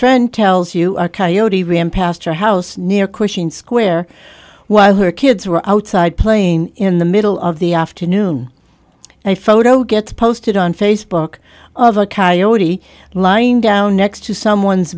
friend tells you a coyote reem past your house near question square while her kids were outside playing in the middle of the afternoon and a photo gets posted on facebook of a coyote lying down next to someone's